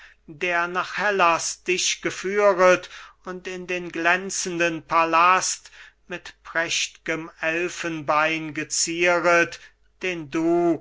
der nach hellas dich geführet und in den glänzenden palast mit prächt'gem elfenbein gezieret den du